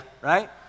right